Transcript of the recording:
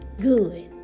good